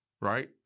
right